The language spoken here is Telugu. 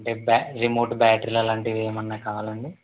అంటే బా రిమోట్ బ్యాటరీలు అలాంటివి ఏమన్నా కావాలండి